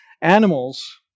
animals